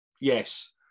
Yes